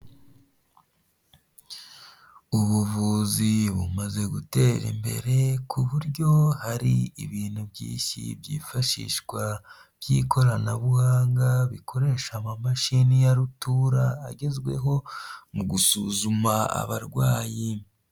Ubuvuzi bumaze gutera imbere ku buryo hari ibintu byinshi byifashishwa by'ikoranabuhanga bikoresha amamashini ya rutura agezweho mu gusuzuma abarwayi.